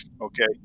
okay